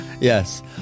Yes